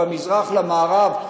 במזרח למערב,